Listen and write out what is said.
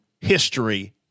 history